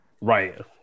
Right